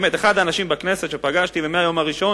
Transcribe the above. זה אחד האנשים שפגשתי בכנסת ומהיום הראשון